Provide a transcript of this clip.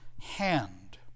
hand